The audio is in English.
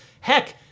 Heck